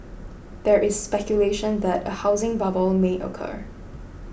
there is speculation that a housing bubble may occur